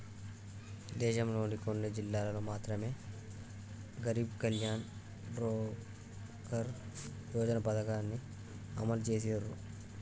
దేశంలోని కొన్ని జిల్లాల్లో మాత్రమె గరీబ్ కళ్యాణ్ రోజ్గార్ యోజన పథకాన్ని అమలు చేసిర్రు